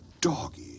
Doggy